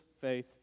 faith